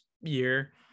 year